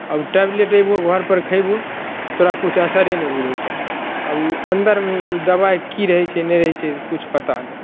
आ ओ टैबलेट एगो घरपर खयबहु तोरा किछु असरे नहि बुझैतो आ ओ अन्दरमे ओ दबाइ की रहै छै नहि रहै छै जे किछु पता नहि